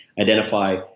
identify